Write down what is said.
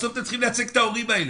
בסוף אתם צריכים לייצג את ההורים האלה.